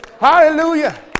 Hallelujah